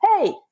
hey